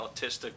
autistic